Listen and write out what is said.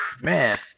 Man